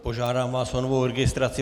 Požádám vás o novou registraci.